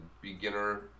beginner